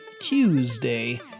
Tuesday